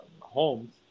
homes